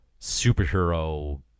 superhero